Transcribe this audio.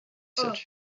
said